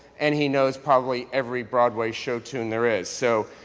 and he knows probably every broadway show tune there is. so,